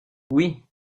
oui